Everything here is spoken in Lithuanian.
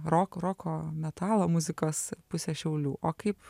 rok roko metalo muzikos pusę šiaulių o kaip